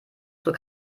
zur